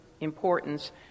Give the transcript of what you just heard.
importance